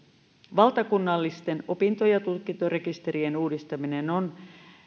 valtakunnallisten opinto ja tutkintorekisterien uudistaminen on